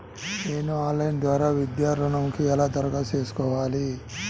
నేను ఆన్లైన్ ద్వారా విద్యా ఋణంకి ఎలా దరఖాస్తు చేసుకోవాలి?